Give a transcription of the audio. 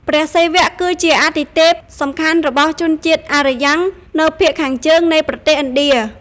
ព្រះសិវៈ គឺជាអាទិទេពសំខាន់របស់ជនជាតិអារ្យាងនៅភាគខាងជើងនៃប្រទេសឥណ្ឌា។